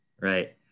right